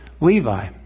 Levi